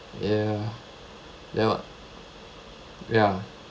ya ya ya